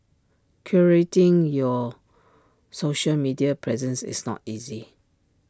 curating your social media presence is not easy